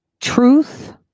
truth